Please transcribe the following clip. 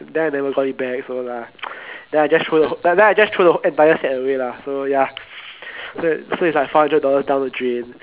then I never got it back also lah then I just throw then I just throw the entire set away lah so ya so so it's like four hundred dollars down the drain